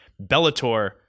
Bellator